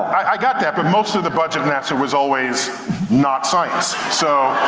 i got that. but most of the budget nasa was always not science, so.